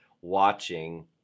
watching